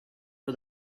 for